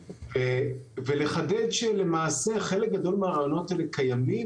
ולחדד שחלק גדול מהרעיונות הם קיימים.